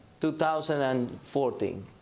2014